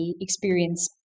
experience